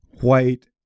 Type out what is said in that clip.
white